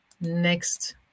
next